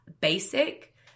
basic